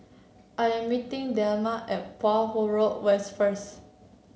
I'm meeting Delmas at Poh Huat Road West first